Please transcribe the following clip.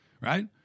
Right